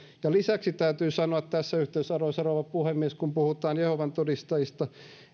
lisäksi täytyy sanoa tässä yhteydessä arvoisa rouva puhemies kun puhutaan jehovan todistajista